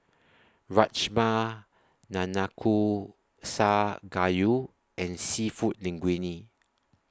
Rajma Nanakusa Gayu and Seafood Linguine